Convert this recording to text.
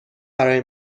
برای